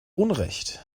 unrecht